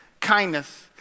kindness